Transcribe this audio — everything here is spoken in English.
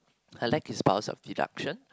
I like his powers of deduction